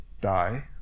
die